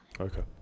Okay